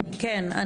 כן,